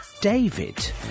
David